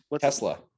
Tesla